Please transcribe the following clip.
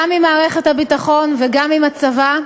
גם עם מערכת הביטחון וגם עם הצבא,